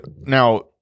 Now